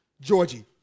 Georgie